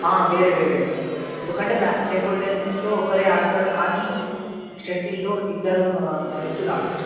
వేరే వేరే ఎందుకంటే బ్యా టేబుల్ టెన్నిస్లో ఒకరు ఆడుతారు కానీ షట్టిల్లో ఇద్దరు వ్యక్తులు ఆడవచ్చు